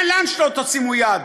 היכן שלא תשימו יד,